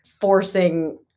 forcing